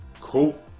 Cool